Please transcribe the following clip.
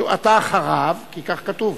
אתה אחריו, כי כך כתוב,